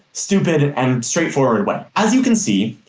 stupid, and straightforward way. as you can see,